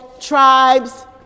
tribes